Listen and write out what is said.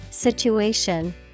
situation